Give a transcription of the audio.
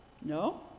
No